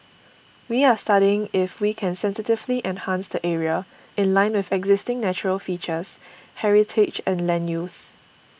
we are studying if we can sensitively enhance the area in line with existing natural features heritage and land use